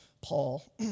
Paul